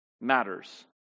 matters